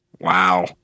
Wow